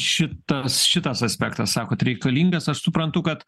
šitas šitas aspektas sakot reikalingas aš suprantu kad